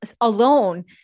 alone